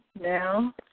now